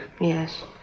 Yes